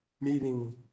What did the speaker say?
meeting